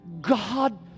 God